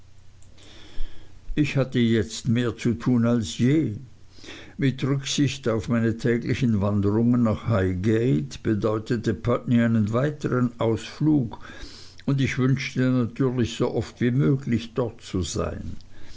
ich hatte jetzt mehr zu tun als je mit rücksicht auf meine täglichen wanderungen nach highgate bedeutete putney einen weiteren ausflug und ich wünschte natürlich so oft wie möglich dort zu sein